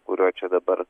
kuriuo čia dabar